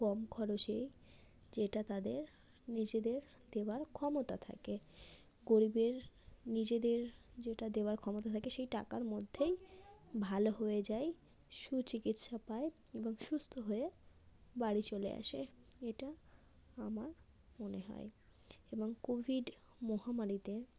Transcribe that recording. কম খরচেই যেটা তাদের নিজেদের দেওয়ার ক্ষমতা থাকে গরিবের নিজেদের যেটা দেওয়ার ক্ষমতা থাকে সেই টাকার মধ্যেই ভালো হয়ে যায় সুচিকিৎসা পায় এবং সুস্থ হয়ে বাড়ি চলে আসে এটা আমার মনে হয় এবং কোভিড মহামারীতে